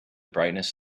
brightness